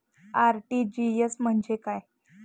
RTGS म्हणजे काय?